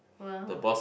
well